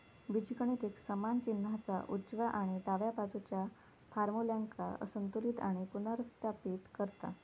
बीजगणित एक समान चिन्हाच्या उजव्या आणि डाव्या बाजुच्या फार्म्युल्यांका संतुलित आणि पुनर्स्थापित करता